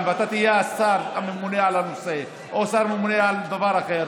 ואתה תהיה השר הממונה על הנושא או שר ממונה על דבר אחר,